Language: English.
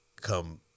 come